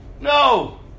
No